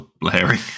blaring